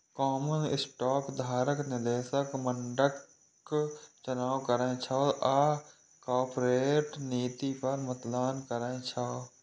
common stock धारक निदेशक मंडलक चुनाव करै छै आ कॉरपोरेट नीति पर मतदान करै छै